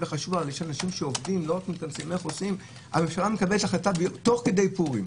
בירושלים, הממשלה מקבלת החלטה תוך כדי פורים,